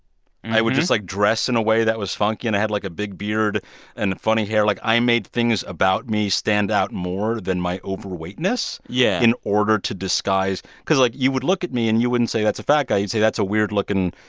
i would just, like, dress in a way that was funky. and i had, like, a big beard and funny hair. like, i made things about me stand out more than my overweightness. yeah. in order to disguise cause, like, you would look at me and you wouldn't say, that's a fat guy. you'd say, that's a weird looking,